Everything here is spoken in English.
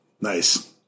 Nice